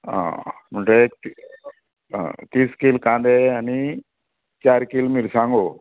आं म्हणटरे तीस कील कांदे आनी चार कील मिरसांगो